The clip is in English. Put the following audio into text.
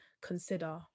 consider